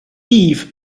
eve